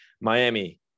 Miami